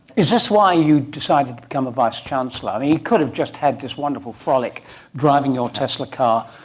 is this why you decided to become a vice chancellor? you could have just had this wonderful frolic driving your tesla car,